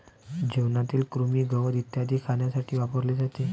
जेवणातील कृमी, गवत इत्यादी खाण्यासाठी वापरले जाते